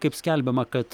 kaip skelbiama kad